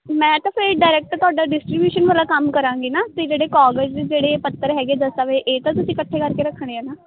ਮੈਂ ਤਾਂ ਫਿਰ ਡਾਇਰੈਕਟ ਤੁਹਾਡਾ ਡਿਸਟਰੀਬਿਊਸ਼ਨ ਵਾਲਾ ਕੰਮ ਕਰਾਂਗੀ ਨਾ ਅਤੇ ਜਿਹੜੇ ਕਾਗਜ਼ ਦੇ ਜਿਹੜੇ ਪੱਤਰ ਹੈਗੇ ਦਸਤਾਵੇਜ਼ ਇਹ ਤਾਂ ਤੁਸੀਂ ਇਕੱਠੇ ਕਰਕੇ ਰੱਖਣੇ ਆ ਨਾ